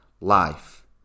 life